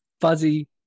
Fuzzy